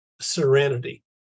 serenity